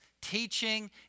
teaching